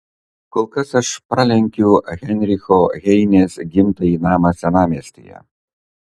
kol kas aš pralenkiu heinricho heinės gimtąjį namą senamiestyje